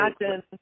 imagine